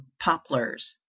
poplars